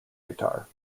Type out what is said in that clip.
guitar